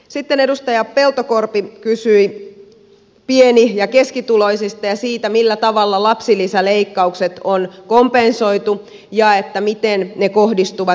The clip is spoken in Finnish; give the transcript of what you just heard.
sitten edustaja peltokorpi kysyi pieni ja keskituloisista ja siitä millä tavalla lapsilisäleik kaukset on kompensoitu ja miten ne kohdistuvat